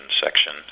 section